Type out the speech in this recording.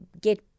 get